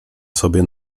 sobie